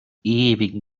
ewigen